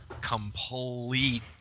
complete